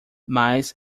mas